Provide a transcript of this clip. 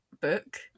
Book